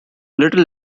little